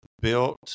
built